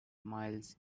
miles